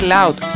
Loud